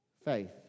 Faith